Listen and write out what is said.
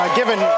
given